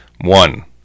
One